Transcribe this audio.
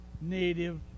native